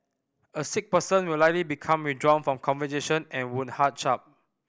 a sick person will likely become withdrawn from conversation and would hunch up